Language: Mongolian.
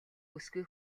бүсгүй